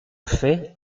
fait